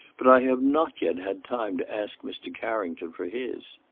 but i have not yet had time to ask mr. carrington for his.